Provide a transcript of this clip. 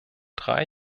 drei